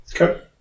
Okay